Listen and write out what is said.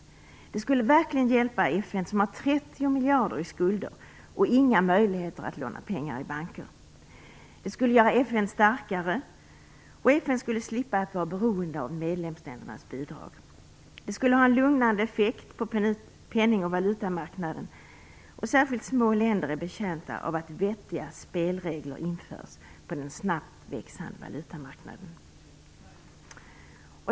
Detta skulle verkligen hjälpa FN, som har 30 miljarder i skulder och som inte har några möjligheter att låna pengar i banker. Det skulle göra FN starkare, och FN skulle slippa vara beroende av medlemsländernas bidrag. Det skulle ha en lugnade effekt på penning och valutamarknaden. Särskilt små länder är betjänta av att vettiga spelregler införs på den snabbt växande valutamarknaden.